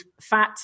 fat